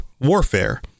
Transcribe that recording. warfare